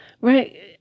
right